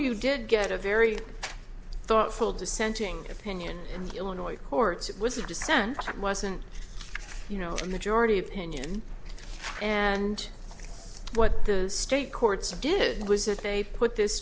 you did get a very thoughtful dissenting opinion in illinois courts it was a dissent it wasn't you know in the jordy opinion and what those state courts did was that they put this